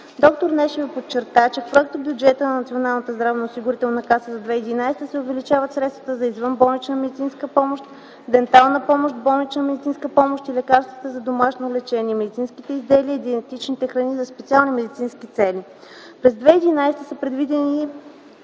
Доктор Нешева подчерта, че в проектобюджета на НЗОК за 2011 г. се увеличават средствата за извънболнична медицинска помощ, дентална помощ, болнична медицинска помощ и лекарствата за домашно лечение, медицинските изделия и диетичните храни за специални медицински цели. През 2011 г. са предвидени